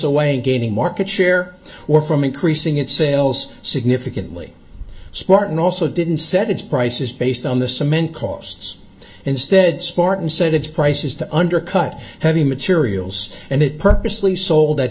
away and gaining market share or from increasing its sales significantly smartened also didn't set its prices based on the cement costs instead spartan said its prices to undercut heavy materials and it purposely sold